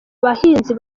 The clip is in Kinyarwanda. bahinzi